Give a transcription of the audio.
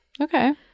Okay